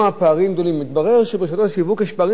מתברר שברשתות השיווק יש פערים של מאות אחוזים.